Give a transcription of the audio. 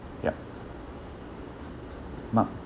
yup mark